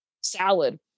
salad